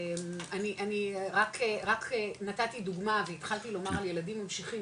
אני רק נתתי דוגמא והתחלתי לומר על ילדים ממשיכים,